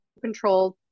controls